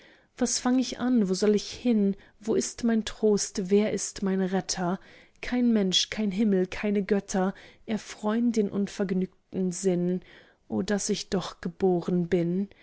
was fang ich an wo soll ich hin wo ist mein trost wer ist mein retter kein mensch kein himmel keine götter erfreun den unvergnügten sinn o daß ich doch geboren bin